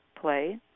play